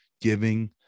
giving